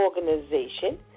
organization